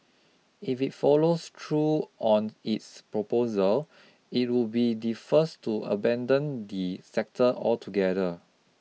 if it follows through on its proposal it would be the first to abandon the sector altogether